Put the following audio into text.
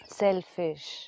selfish